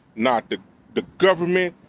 not the the government.